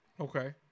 Okay